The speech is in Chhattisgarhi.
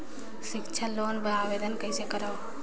सिक्छा लोन बर आवेदन कइसे करव?